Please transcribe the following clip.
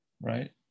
right